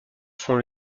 font